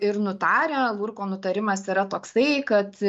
ir nutarę lurko nutarimas yra toksai kad